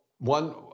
One